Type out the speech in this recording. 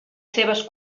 seves